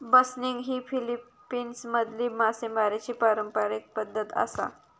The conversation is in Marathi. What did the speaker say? बसनिग ही फिलीपिन्समधली मासेमारीची पारंपारिक पद्धत आसा